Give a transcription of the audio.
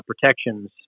protections